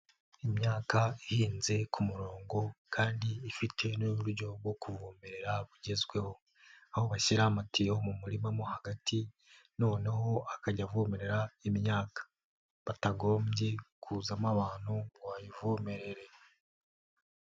Imyaka ihinze ku murongo, kandi ifite n'uburyo bwovomerera bugezweho, aho bashyira amatiyoyo mu murima mo hagati, noneho akajya avomerera imyaka hatagombye kuzamo abantu ngo bayivomererere.